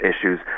issues